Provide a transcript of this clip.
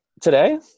today